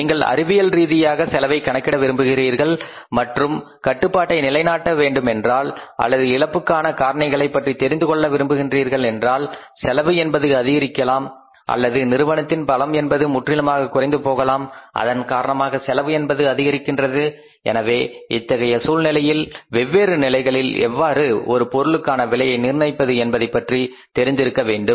நீங்கள் அறிவியல் ரீதியாக செலவை கணக்கிட விரும்புகின்றீர்கள் மற்றும் கட்டுப்பாட்டை நிலைநாட்ட வேண்டும் என்றால் அல்லது இழப்புக்கான காரணிகளைப் பற்றி தெரிந்து கொள்ள விரும்புகிறீர்களென்றால் செலவு என்பது அதிகரிக்கலாம் அல்லது நிறுவனத்தின் பலம் என்பது முற்றிலுமாக குறைந்து போகலாம் அதன் காரணமாக செலவு என்பது அதிகரிக்கின்றது எனவே இத்தகைய சூழ்நிலையில் வெவ்வேறு நிலைகளில் எவ்வாறு ஒரு பொருளுக்கான விலையை நிர்ணயிப்பது என்பதைப் பற்றி தெரிந்திருக்க வேண்டும்